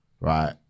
Right